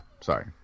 Sorry